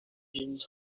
engines